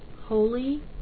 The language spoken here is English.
holy